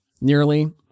nearly